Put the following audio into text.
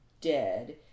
dead